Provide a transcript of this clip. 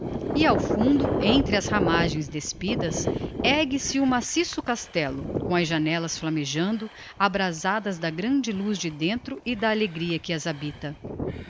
ao fundo entre as ramagens despidas ergue-se o massiço castello com as janellas flammejando abrasadas da grande luz de dentro e da alegria que as habita